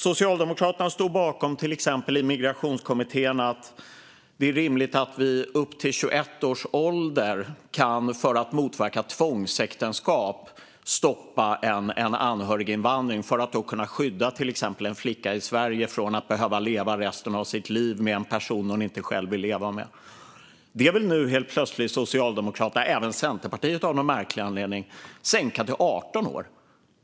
I Migrationskommittén stod Socialdemokraterna till exempel bakom att det är rimligt att vi upp till 21 års ålder ska kunna stoppa anhöriginvandring för att motverka tvångsäktenskap i syfte att skydda exempelvis en flicka i Sverige från att behöva leva resten av sitt liv med en person hon inte själv vill leva med. Det vill nu helt plötsligt Socialdemokraterna - och även Centerpartiet, av någon märklig anledning - sänka till 18 år.